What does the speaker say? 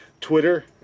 Twitter